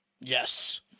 Yes